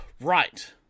right